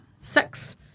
Six